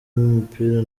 umupira